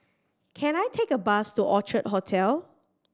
can I take a bus to Orchard Hotel